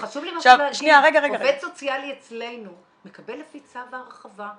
עובד סוציאלי אצלנו מקבל לפי צו ההרחבה.